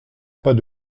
pas